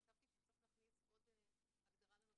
חשבתי שצריך להכניס עוד הגדרה של "מצלמות"